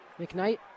mcknight